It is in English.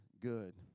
good